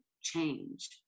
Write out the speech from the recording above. change